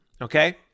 okay